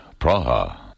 Praha